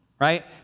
Right